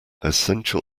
essential